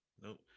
nope